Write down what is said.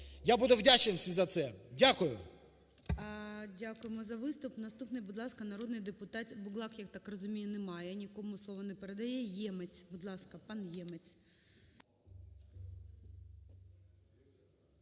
Я буду вдячний всім за це. Дякую.